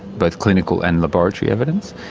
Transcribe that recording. both clinical and laboratory evidence.